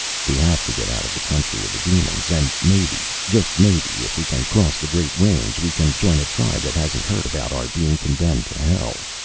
we have to get out of the country of the demons. and maybe just maybe if we can cross the great range, we can join a tribe that hasn't heard about our being condemned to hell.